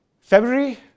February